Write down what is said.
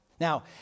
Now